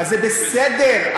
זה בסדר.